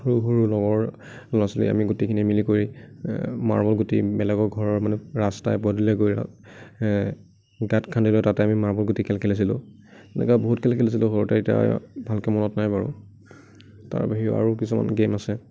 সৰু সৰু লগৰ ল'আ ছোৱালী আমি গোটেইখিনি মিলি কৰি মাৰ্বল গুটি বেলেগৰ ঘৰৰ মানে ৰাস্তাই পদূলিয়ে গৈ গাত খান্দি মানে তাতে আমি মাৰ্বল গুটি খেল খেলিছিলোঁ তেনেকুৱা বহুত খেল খেলিছিলোঁ সৰুতে এতিয়া ভালকে মনত নাই বাৰু তাৰবাহিৰেও আৰু কিছুমান গেম আছে